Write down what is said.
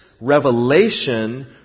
revelation